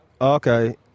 Okay